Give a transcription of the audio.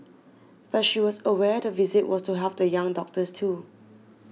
but she was aware the visit was to help the young doctors too